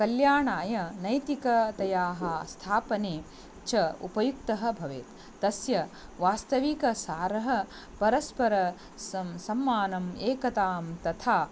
कल्याणाय नैतिकतायाः स्थापने च उपयुक्तः भवेत् तस्य वास्तविकसारः परस्परं सम्मानम् एकतां तथा